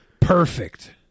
Perfect